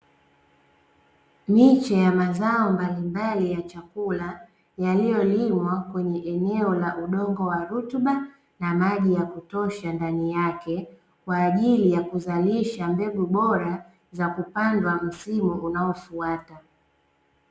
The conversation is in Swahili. Miche ya mazao mbalimbali ya chakula, yaliyolimwa kwenye eneo la udongo wa rutuba na maji ya kutosha ndani yake, kwa ajili ya kuzalisha mbegu bora, za kupandwa msimu unaofuata.